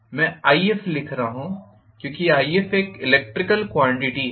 मैं Ifलिख रहा हूँ क्योंकि If एक इलेक्ट्रिकल क्वांटिटी है